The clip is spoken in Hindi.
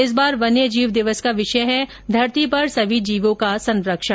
इस बार वन्य जीव दिवस का विषय है घरती पर सभी जीवों का संरक्षण